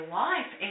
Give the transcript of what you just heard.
life